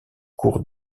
cours